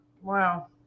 Wow